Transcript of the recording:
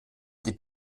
die